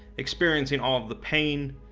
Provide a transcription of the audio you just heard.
experiencing all of the pain,